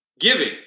giving